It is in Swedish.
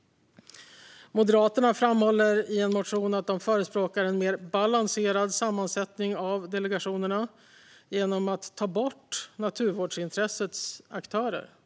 Moderaterna framhåller i en motion att de förespråkar en mer balanserad sammansättning av delegationerna genom att naturvårdsintressets aktörer tas bort.